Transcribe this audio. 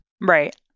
Right